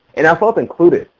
and i felt included,